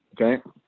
okay